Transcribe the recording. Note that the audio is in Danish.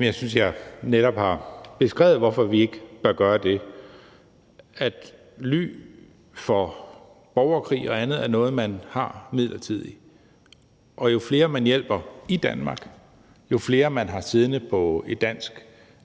Jeg synes, jeg netop har beskrevet, hvorfor vi ikke bør gøre det. Ly for borgerkrig og andet er noget, man har midlertidig, og jo flere vi hjælper i Danmark, jo flere vi har siddende på et dansk